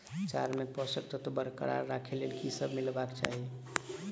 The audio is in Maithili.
चारा मे पोसक तत्व बरकरार राखै लेल की सब मिलेबाक चाहि?